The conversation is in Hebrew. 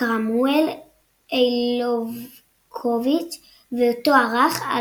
קאראמואל אי לובקוביץ ואותו ערך,